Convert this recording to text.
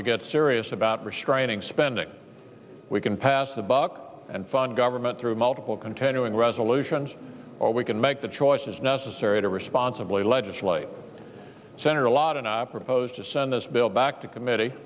to get serious about restraining spending we can pass the buck and fund government through multiple continuing resolutions or we can make the choices necessary to responsibly legislate senator lott and i propose to send this bill back to committee